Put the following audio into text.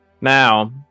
Now